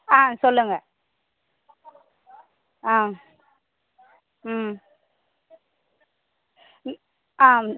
ஆ சொல்லுங்க ஆ ம் ம் ஆ